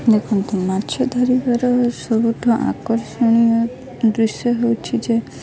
ଦେଖନ୍ତୁ ମାଛ ଧରିବାର ସବୁଠୁ ଆକର୍ଷଣୀୟ ଦୃଶ୍ୟ ହେଉଛି ଯେ